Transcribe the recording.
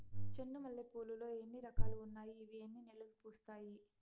చెండు మల్లె పూలు లో ఎన్ని రకాలు ఉన్నాయి ఇవి ఎన్ని నెలలు పూస్తాయి